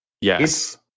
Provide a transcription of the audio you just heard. yes